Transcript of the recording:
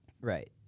Right